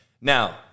Now